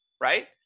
right